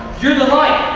you're the lion.